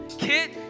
kid